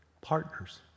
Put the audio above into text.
partners